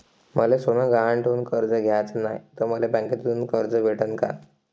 मले सोनं गहान ठेवून कर्ज घ्याचं नाय, त मले बँकेमधून कर्ज भेटू शकन का?